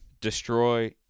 destroy